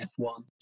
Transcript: F1